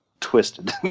twisted